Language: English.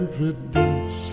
Evidence